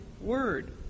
word